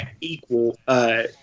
equal